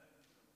להלן תוצאות